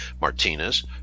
Martinez